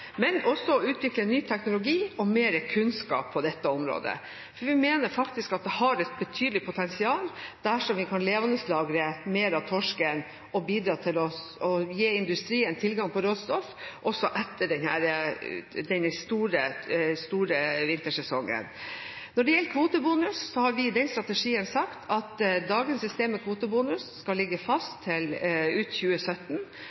men også ved å utvikle ny teknologi og mer kunnskap på dette området, for vi mener faktisk at det har et betydelig potensial dersom vi kan levendelagre mer av torsken og bidra til å gi industrien tilgang på råstoff også etter denne store vintersesongen. Når det gjelder kvotebonus, har vi i denne strategien sagt at dagens system med kvotebonus skal ligge fast ut 2017.